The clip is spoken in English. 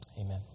amen